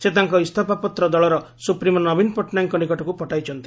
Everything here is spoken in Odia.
ସେ ତାଙ୍କ ଇସ୍ତଫାପତ୍ର ଦଳର ସୁପ୍ରିମୋ ନବୀନ ପଟ୍ଟନାୟକଙ୍କ ନିକଟକୁ ପଠାଇଛନ୍ତି